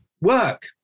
work